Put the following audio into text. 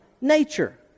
nature